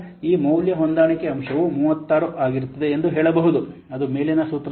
ಮತ್ತು ಈಗ ಈ ಮೌಲ್ಯ ಹೊಂದಾಣಿಕೆ ಅಂಶವು 36 ಆಗಿರುತ್ತದೆ ಎಂದು ಹೇಳಬಹುದು ಅದು ಮೇಲಿನ ಸೂತ್ರದಲ್ಲಿ 1